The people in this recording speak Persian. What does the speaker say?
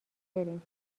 بریم